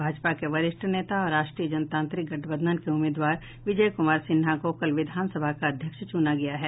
भाजपा के वरिष्ठ नेता और राष्ट्रीय जनतांत्रिक गठबंधन के उम्मीदवार विजय कुमार सिन्हा को कल विधानसभा का अध्यक्ष चूना गया है